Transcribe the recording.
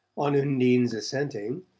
on undine's assenting,